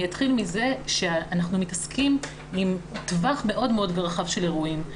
אתחיל מזה שאנחנו מתעסקים עם טווח מאוד מאוד רחב של אירועים,